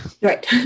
Right